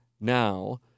Now